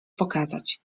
pokazać